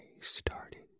started